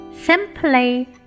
simply